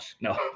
No